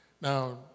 now